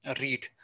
read